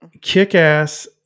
Kick-Ass